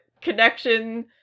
connection